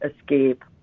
escape